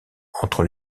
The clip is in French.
entre